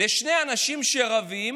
לשני אנשים שרבים